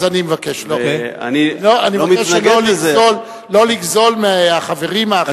אז אני מבקש שלא לגזול מהחברים האחרים,